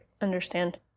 understand